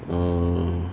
err